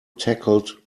tackled